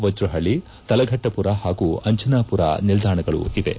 ವಜ್ರಪಳ್ಳಿ ತಲಘಟ್ಟಮರ ಹಾಗೂ ಅಂಜನಾಮರ ನಿಲ್ದಾಣಗಳಿವೆ